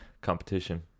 competition